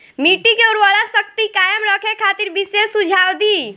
मिट्टी के उर्वरा शक्ति कायम रखे खातिर विशेष सुझाव दी?